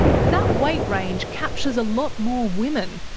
but that weight range captures a lot more women,